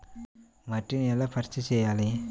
మట్టిని ఎలా పరీక్ష చేయాలి?